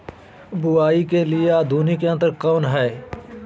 बुवाई के लिए आधुनिक यंत्र कौन हैय?